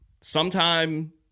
Sometime